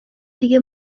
دیگه